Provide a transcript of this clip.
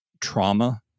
trauma